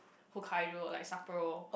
Hokkaido like Sapporo